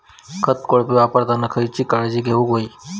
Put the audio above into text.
खत कोळपे वापरताना खयची काळजी घेऊक व्हयी?